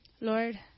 Lord